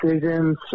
decisions